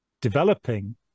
developing